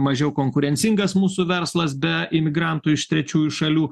mažiau konkurencingas mūsų verslas be imigrantų iš trečiųjų šalių